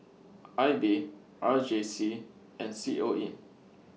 I B R J C and C O E